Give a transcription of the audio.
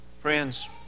Friends